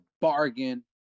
bargain